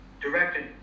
directed